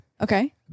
okay